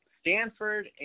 Stanford